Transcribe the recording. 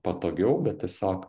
patogiau bet tiesiog